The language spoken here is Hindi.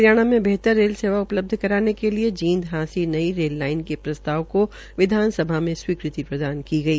हरियाणा में बेहतर रेल सेवा उपलब्ध कराने के लिये जींद हांसी नई रेल लाइन के प्रस्ताव को विधानसभा में स्वीकृति प्रदान की गई